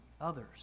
others